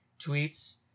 tweets